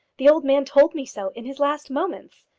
the old man told me so in his last moments.